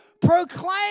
Proclaim